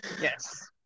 Yes